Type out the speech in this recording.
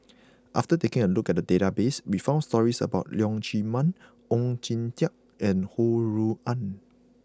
after taking a look at the database we found stories about Leong Chee Mun Oon Jin Teik and Ho Rui An